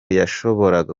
yashobora